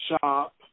shop